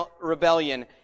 rebellion